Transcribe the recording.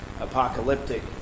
apocalyptic